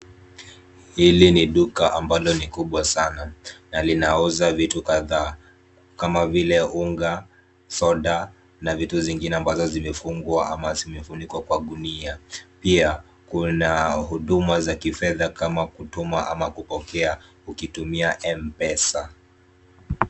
Hili ni duka ambalo ni kubwa sana, na linauza vitu kadhaa, kama vile unga, soda, na vitu zingine ambazo zimefungwa ama zimefunikwa kwa gunia. Pia, kuna huduma za kifedha kama kutuma ama kupokea ukitumia M-Pesa.